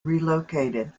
relocated